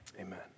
amen